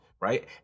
right